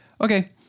Okay